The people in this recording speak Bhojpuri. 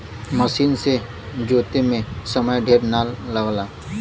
मसीन से जोते में समय ढेर ना लगला